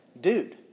dude